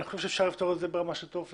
ואני חושב שאפשר לפתור את זה ברמה של טופס.